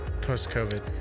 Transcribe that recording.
Post-COVID